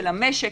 שלמשק,